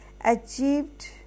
achieved